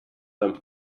them